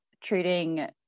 treating